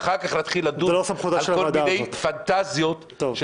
ואחר כך נתחיל לדון על כל מיני פנטזיות של